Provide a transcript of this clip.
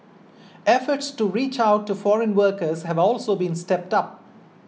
efforts to reach out to foreign workers have also been stepped up